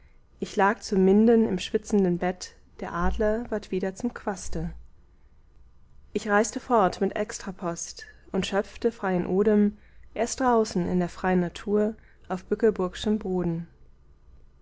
ich lag zu minden im schwitzenden bett der adler ward wieder zum quaste ich reiste fort mit extrapost und schöpfte freien odem erst draußen in der freien natur auf bückeburg'schem boden